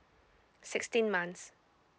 sixteen months